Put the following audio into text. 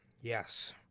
Yes